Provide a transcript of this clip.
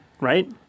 right